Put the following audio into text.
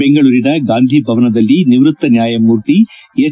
ಬೆಂಗಳೂರಿನ ಗಾಂಧಿಭವನದಲ್ಲಿ ನಿವೃತ್ತ ನ್ಯಾಯಮೂರ್ತಿ ಎಚ್